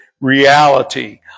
reality